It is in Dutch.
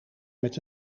met